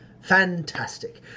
fantastic